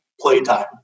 playtime